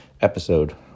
episode